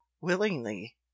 willingly